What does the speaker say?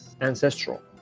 ancestral